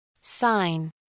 Sign